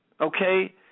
Okay